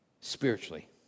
spiritually